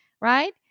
right